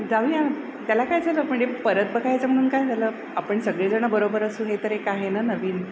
जाऊया त्याला काय झालं म्हणजे परत बघायचं म्हणून काय झालं आपण सगळेजण बरोबर असू हे तर एक आहे ना नवीन